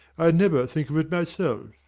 i never think of it myself.